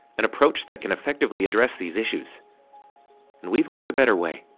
an approach that can effectively address these issues and we've learned a better way.